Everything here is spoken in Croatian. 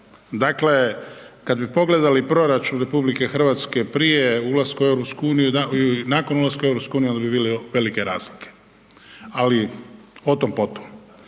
Dakle, kad bi pogledali proračun RH prije ulaska u EU i nakon ulaska u EU onda bi vidjeli velike razlike, ali o tom potom.